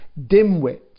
dimwit